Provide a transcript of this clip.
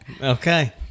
okay